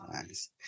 Nice